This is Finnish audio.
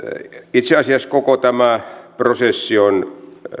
itse asiassa koko tämä prosessi on